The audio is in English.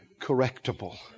correctable